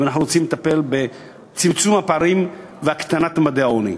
אם אנחנו רוצים לטפל בצמצום הפערים ובהקטנת ממדי העוני.